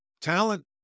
Talent